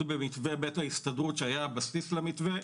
במתווה בית ההסתדרות שהיה הבסיס למתווה,